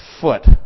foot